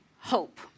hope